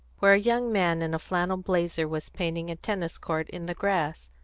where a young man in a flannel blazer was painting a tennis-court in the grass.